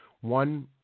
one